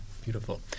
Beautiful